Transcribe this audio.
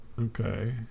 Okay